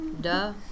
Duh